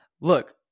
Look